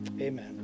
Amen